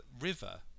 river